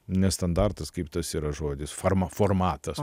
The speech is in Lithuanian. nestandartas kaip tas yra žodis far formatas